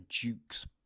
Duke's